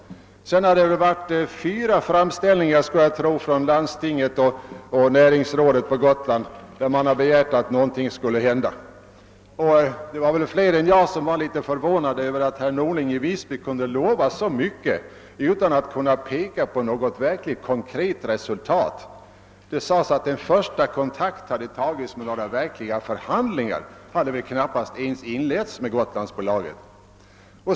Sedan dess har fyra framställningar gjorts från landstinget och näringsrådet på Gotland med begäran om att något skulle göras. Fler än jag var förmodligen förvånade över att herr Norling i Visby kunde lova så mycket utan att kunna peka på något verkligt konkret resultat. Det sades att en första kontakt hade tagits, men några verkliga förhandlingar hade knappas inletts med Gotlandsbolaget.